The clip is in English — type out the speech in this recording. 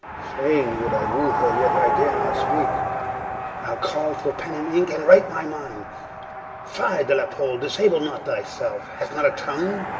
faine would i woe her, yet i dare not speake ile call for pen and inke, and write my minde fye de la pole, disable not thy selfe hast not a tongue?